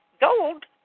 gold